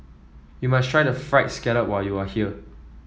you must try the fried scallop when you are here